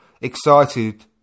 excited